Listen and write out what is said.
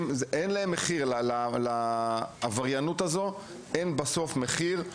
בסוף, לעבריינות הזאת אין מחיר.